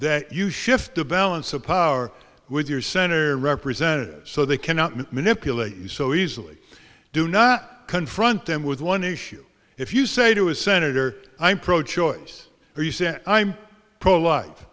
that you shift the balance of power with your center representatives so they cannot manipulate you so easily do not confront them with one issue if you say to a senator i'm pro choice or you say i'm pro li